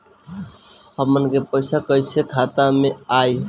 हमन के पईसा कइसे खाता में आय?